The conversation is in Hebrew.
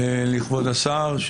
לכבוד השר,